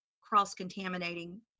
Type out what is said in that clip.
cross-contaminating